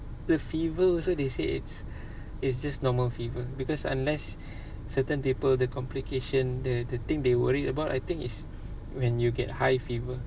the fever also they say it's it's just normal fever because unless certain people the complication the the thing they worried about I think is when you get high fever